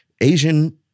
Asian-